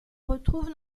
retrouve